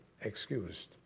excused